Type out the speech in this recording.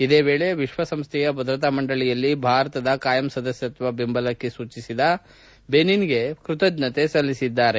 ಇದೇ ವೇಳೆ ವಿಶ್ವ ಸಂಸ್ವೆಯ ಭದ್ರತಾ ಮಂಡಳಿಯಲ್ಲಿ ಭಾರತದ ಕಾಯಂ ಸದಸ್ಕತ್ವಕ್ಕೆ ಬೆಂಬಲ ಸೂಚಿಸಿದ ಬೆನಿನ್ ಗೆ ಕೃತಜ್ಞತೆ ಸಲ್ಲಿಸಿದ್ದಾರೆ